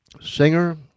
singer